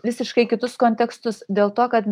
visiškai kitus kontekstus dėl to kad